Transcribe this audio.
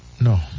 No